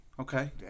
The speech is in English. Okay